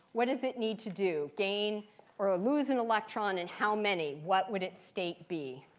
what does it need to do gain or ah lose an electron, and how many? what would its state be?